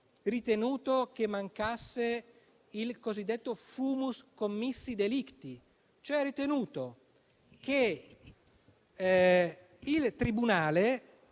ritenuto che mancasse il cosiddetto *fumus commissi delicti*: ha cioè ritenuto che il tribunale